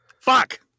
Fuck